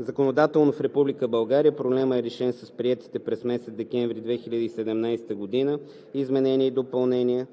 Законодателно в Република България проблемът е решен с приетите през месец декември 2017 г. изменения и допълнения